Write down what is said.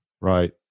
Right